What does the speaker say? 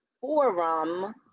forum